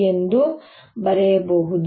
ಎಂದು ಬರೆಯಬಹುದು